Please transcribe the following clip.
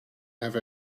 have